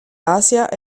asia